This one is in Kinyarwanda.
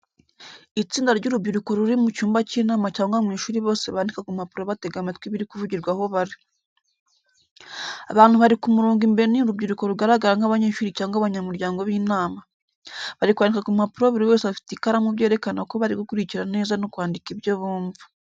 Itsinda ry’urubyiruko ruri mu cyumba cy’inama cyangwa mu ishuri bose bandika ku mpapuro batega amatwi ibiri kuvugirwa aho bari. Abantu bari ku murongo imbere ni urubyiruko rugaragara nk’abanyeshuri cyangwa abanyamuryango b’inama. Bari kwandika ku mpapuro buri wese afite ikaramu byerekana ko bari gukurikira neza no kwandika ibyo bumva.